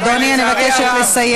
אדוני, אני מבקשת לסיים.